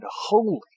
holy